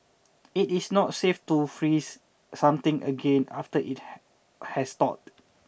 it is not safe to freeze something again after it has has thawed